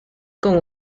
con